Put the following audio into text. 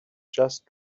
just